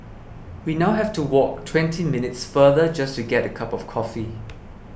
we now have to walk twenty minutes farther just to get a cup of coffee